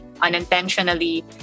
unintentionally